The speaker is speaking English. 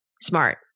smart